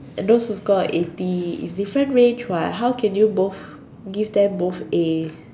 those who score like eighty is different range [what] how can you both give them both A